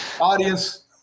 Audience